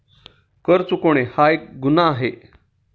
कर चुकवणे हा एक गुन्हा आहे